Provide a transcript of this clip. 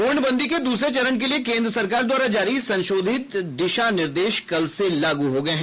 पूर्णबंदी के दूसरे चरण के लिए केन्द्र सरकार द्वारा जारी संशोधित दिशा निर्देश कल से लागू हो गए हैं